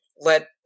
let